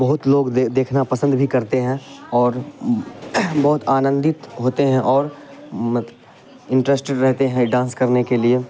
بہت لوگ دیکھنا پسند بھی کرتے ہیں اور بہت آنندت ہوتے ہیں اور انٹرسٹڈ رہتے ہیں ڈانس کرنے کے لیے